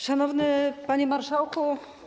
Szanowny Panie Marszałku!